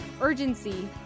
urgency